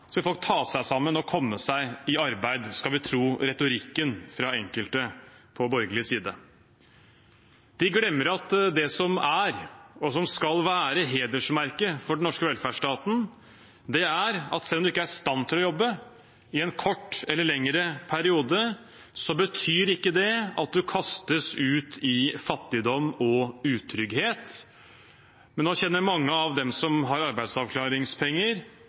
vil folk ta seg sammen og komme seg i arbeid, skal vi tro retorikken fra enkelte på borgerlig side. De glemmer at det som er og skal være hedersmerket for den norske velferdsstaten, er at selv om man ikke er i stand til å jobbe i en kort eller i en lengre periode, betyr ikke det at man kastes ut i fattigdom og utrygghet. Men nå kjenner mange av dem som har arbeidsavklaringspenger,